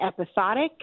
episodic